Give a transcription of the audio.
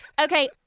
okay